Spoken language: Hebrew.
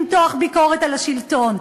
למתוח ביקורת על השלטון?